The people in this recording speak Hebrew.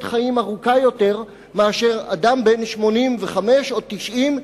חיים ארוכה יותר מאשר אדם בן 85 או 90,